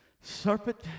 serpent